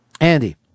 Andy